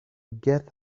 get